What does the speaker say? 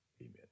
Amen